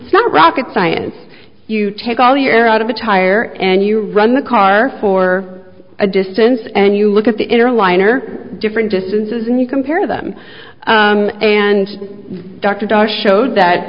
me not rocket science you take all the air out of the tire and you run the car for a distance and you look at the inner liner different distances and you compare them and dr dhar showed that